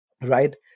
right